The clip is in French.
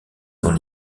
dans